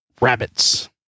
Rabbits